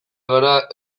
gara